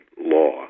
law